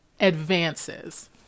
advances